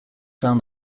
found